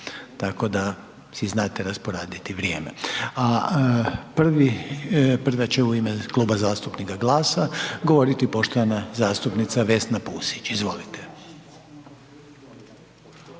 tako da si znate rasporediti vrijeme, a prvi, prva će u ime Kluba zastupnika GLAS-a govoriti poštovana zastupnica Vesna Pusić, izvolite.